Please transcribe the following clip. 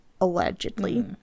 allegedly